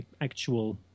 actual